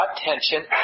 attention